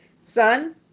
son